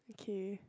K